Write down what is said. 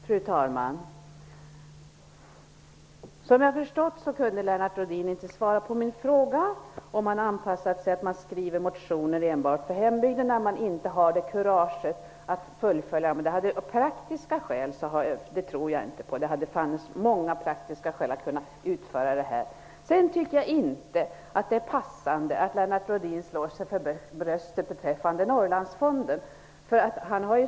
Fru talman! Som jag förstod kunde Lennart Rohdin inte svara på min fråga om han har anpassat sig till kutymen att man skriver motioner för hembygden enbart när man inte har kurage att fullfölja dem. Jag tror inte på att det fanns praktiska skäl i det här fallet. Det hade funnits många praktiska skäl att utföra det här. Jag tycker inte att det är passande att Lennart Rohdin slår sig för bröstet när det gäller Norrlandsfonden.